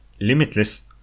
limitless